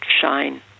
shine